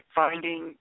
finding